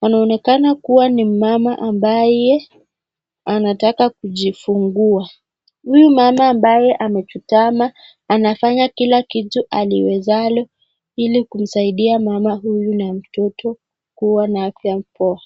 anaonekana kuwa ni mama ambaye anataka kijifungua, huyu mama ambaye amejidama anafanya kila kitu liwezalo hili asaidiwe huyu mama na mtoto kuwa na afya poa.